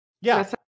Yes